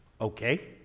Okay